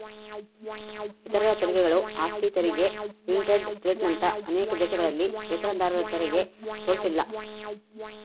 ಇತರ ತೆರಿಗೆಗಳು ಆಸ್ತಿ ತೆರಿಗೆ ಯುನೈಟೆಡ್ ಸ್ಟೇಟ್ಸ್ನಂತ ಅನೇಕ ದೇಶಗಳಲ್ಲಿ ವೇತನದಾರರತೆರಿಗೆ ತೋರಿಸಿಲ್ಲ